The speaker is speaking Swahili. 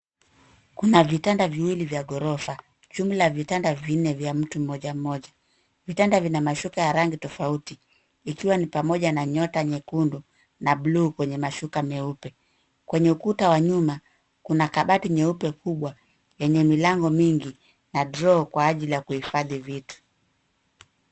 Kuna vitanda viwili vya ghorofa jumla ya vitanda vinne vya mtu mmoja mmoja. Vitanda vina mashuka ya rangi tofauti ikiwa ni pamoja na nyota nyekundu na blue kwenye mashuka meupe. Kwenye ukuta wa nyuma kuna kabati nyeupe kubwa yenye milango mingi na draw kwa ajili ya kuhifadhi vitu.